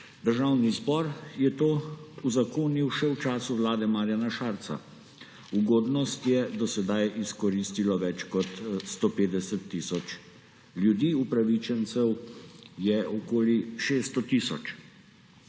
Državni zbor je to uzakonil še v času vlade Marjana Šarca. Ugodnost je do sedaj izkoristilo več kot 150 tisoč ljudi, upravičencev je okoli 600 tisoč.